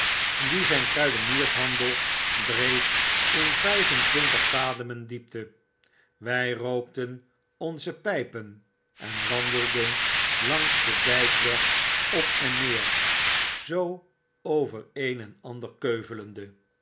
die zijn kruideniershandel dreef in vyf en twintig vademen diepte wy rookten onze pflpen en wandelden langs den dijkweg op en neer zoo over een en ander keuvelende